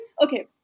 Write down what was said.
Okay